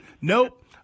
nope